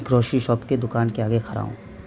crochet shop کے دوکان کے آگے کھڑا ہوں